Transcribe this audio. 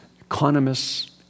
economists